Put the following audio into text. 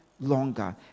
longer